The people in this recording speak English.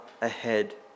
ahead